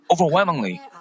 overwhelmingly